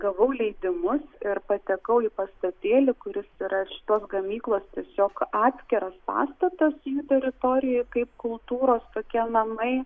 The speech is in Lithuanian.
gavau leidimus ir patekau į pastatėlį kuris yra šitos gamyklos tiesiog atskiras pastatas teritorija kaip kultūros tokie namai